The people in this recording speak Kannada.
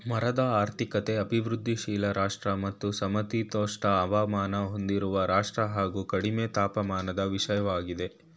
ಮರದ ಆರ್ಥಿಕತೆ ಅಭಿವೃದ್ಧಿಶೀಲ ರಾಷ್ಟ್ರ ಮತ್ತು ಸಮಶೀತೋಷ್ಣ ಹವಾಮಾನ ಹೊಂದಿರುವ ರಾಷ್ಟ್ರ ಹಾಗು ಕಡಿಮೆ ತಾಪಮಾನದ ವಿಷಯವಾಗಿದೆ